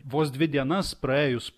vos dvi dienas praėjus